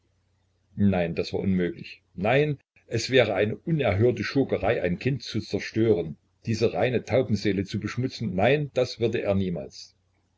nein das war unmöglich nein es wäre eine unerhörte schurkerei ein kind zu zerstören diese reine taubenseele zu beschmutzen nein das würde er niemals